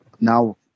now